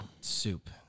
soup